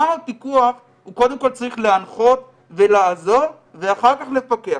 גם הפיקוח קודם כל צריך להנחות ולעזור ואחר כך לפקח.